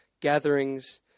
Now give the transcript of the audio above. gatherings